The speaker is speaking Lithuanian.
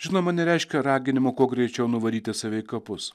žinoma nereiškia raginimo kuo greičiau nuvaryti save į kapus